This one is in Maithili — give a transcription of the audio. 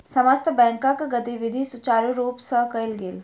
समस्त बैंकक गतिविधि सुचारु रूप सँ कयल गेल